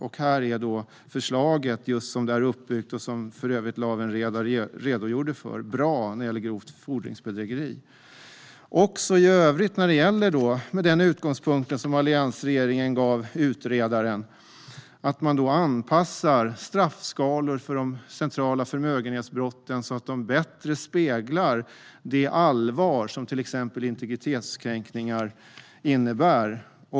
Här har vi nu ett uppbyggt förslag om grovt fordringsbedrägeri, vilket Lawen Redar redogjorde för bra. Grovt fordrings-bedrägeri och andra förmögenhetsbrott Med den utgångspunkt som alliansregeringen gav utredaren gäller i övrigt att man ska anpassa straffskalor för de centrala förmögenhetsbrotten så att de bättre speglar det allvar som exempelvis integritetskränkningar innebär.